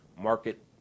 market